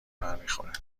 برمیخوره